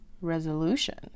resolution